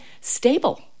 stable